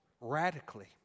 radically